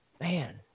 Man